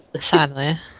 Sadly